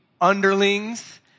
underlings